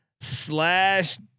slash